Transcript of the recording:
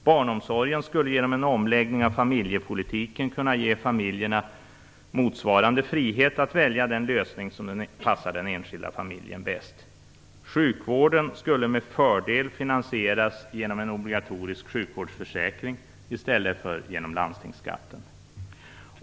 Barnomsorgen skulle genom en omläggning av familjepolitiken kunna ge familjerna motsvarande frihet att välja den lösning som passar den enskilda familjen bäst. Sjukvården skulle med fördel finansieras genom en obligatorisk sjukvårdsförsäkring i stället för genom landstingsskatten.